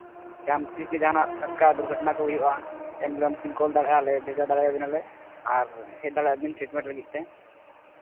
ᱡᱟᱦᱟᱱ ᱛᱤᱥ ᱜᱮ ᱡᱟᱦᱟᱱᱟᱜ ᱴᱟᱴᱠᱟ ᱫᱩᱨᱜᱷᱚᱴᱚᱱᱟ ᱠᱚ ᱦᱩᱭᱩᱜᱼᱟ ᱮᱢᱵᱩᱞᱮᱱᱥ ᱨᱮ ᱵᱤᱱ ᱠᱚᱞ ᱫᱟᱲᱮᱭᱟᱜᱼᱟ ᱟᱞᱮ ᱵᱷᱮᱡᱟ ᱫᱟᱲᱮᱭᱟ ᱵᱮᱱᱟᱞᱮ ᱟᱨ ᱦᱮᱡ ᱫᱟᱲᱮᱭᱟᱜ ᱵᱤᱱ ᱤᱥᱴᱮᱴᱢᱮᱱᱴ ᱞᱟᱹᱜᱤᱫ ᱛᱮ